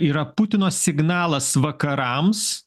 yra putino signalas vakarams